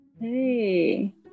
Hey